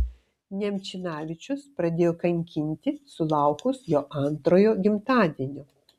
nemčinavičius pradėjo kankinti sulaukus jo antrojo gimtadienio